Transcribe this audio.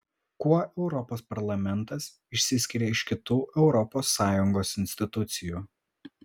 kuo europos parlamentas išsiskiria iš kitų europos sąjungos institucijų